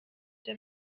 der